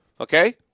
okay